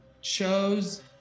chose